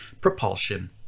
propulsion